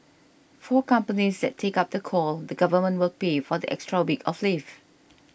for companies that take up the call the government will pay for the extra week of leave